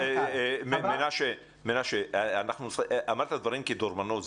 מנשה, אמרת דברים כדורבנות.